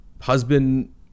husband